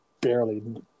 barely